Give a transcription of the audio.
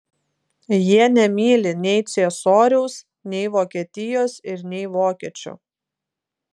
jie nemyli nei ciesoriaus nei vokietijos ir nei vokiečių